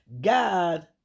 God